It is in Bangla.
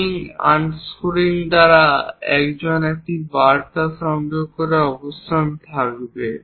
স্রুয়িং আনস্রুয়িং দ্বারা একজন সেই বাতা সংযোগ করার অবস্থানে থাকবে